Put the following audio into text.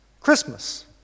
Christmas